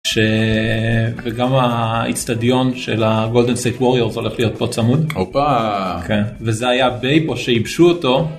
וגם האיצטדיון של הגולדן סטייט ווריאורס הולך להיות פה צמוד וזה היה בייפו שייבשו אותו.